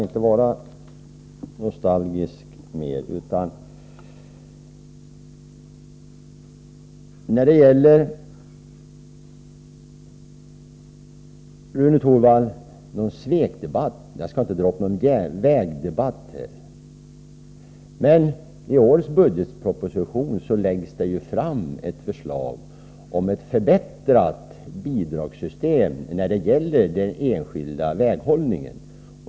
Rune Torwald talade om svekdebatt. Jag skall inte dra upp någon järnväg-väg-debatt, men i årets budgetproposition läggs det ju fram ett förslag om ett bättre bidragssystem när det gäller den enskilda väghållningen.